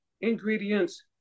ingredients